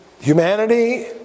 humanity